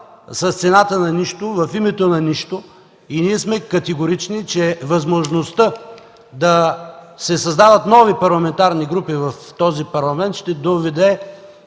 с цената на нищо, в името на нищо и ние сме категорични, че възможността да се създават нови парламентарни групи в този Парламент ще доведе